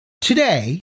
today